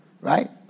Right